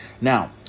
Now